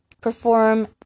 perform